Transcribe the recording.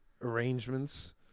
arrangements